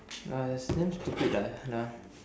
uh it's damn stupid lah ya